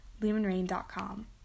Lumenrain.com